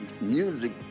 music